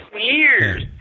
years